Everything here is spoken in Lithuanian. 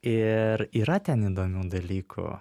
ir yra ten įdomių dalykų